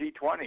G20